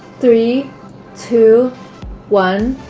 three two one